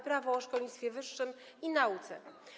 Prawo o szkolnictwie wyższym i nauce.